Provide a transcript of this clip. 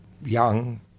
young